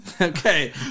Okay